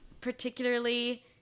particularly